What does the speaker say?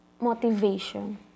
Motivation